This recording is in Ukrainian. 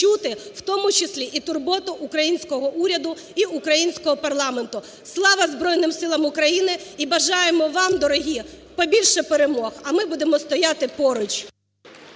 в тому числі і турботу українського уряду і українського парламенту. Слава Збройним Силам України! І бажаємо вам дорогі, побільше перемог, а ми будемо стояти поруч.